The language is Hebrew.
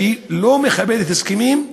שהיא לא מכבדת הסכמים,